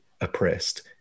oppressed